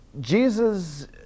Jesus